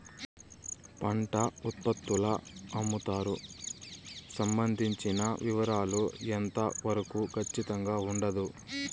పంట ఉత్పత్తుల అమ్ముతారు సంబంధించిన వివరాలు ఎంత వరకు ఖచ్చితంగా ఉండదు?